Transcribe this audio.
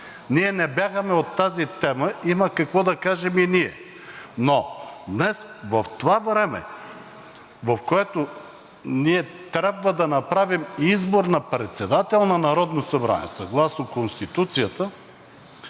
ние не бягаме от тази тема, има какво да кажем и ние. Но днес в това време, в което ние трябва да направим избор на председател на Народното събрание съгласно Конституцията,